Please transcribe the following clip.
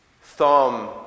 thumb